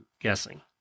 guessing